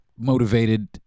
motivated